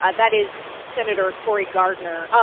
ah that is senator cory gardner. um